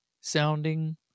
sounding